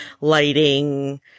lighting